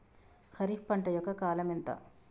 ఖరీఫ్ పంట యొక్క కాలం ఎంత?